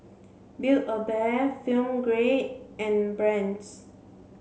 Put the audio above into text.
build a Bear Film Grade and Brand's